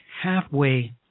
halfway